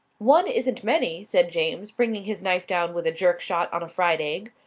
one isn't many, said james, bringing his knife down with a jerk-shot on a fried egg.